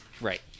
Right